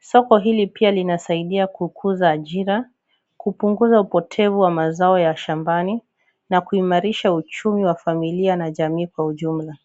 soko hili pia linasaidia kukuza ajira , kupunguza upotevu wa mazao ya shambani na kuimarisha uchumi wa familia na jamii kwa ujumla.